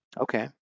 Okay